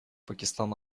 пакистан